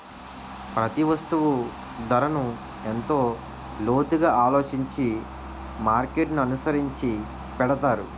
ప్రతి వస్తువు ధరను ఎంతో లోతుగా ఆలోచించి మార్కెట్ననుసరించి పెడతారు